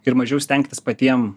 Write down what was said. ir mažiau stengtis patiem